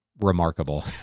remarkable